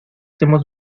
hemos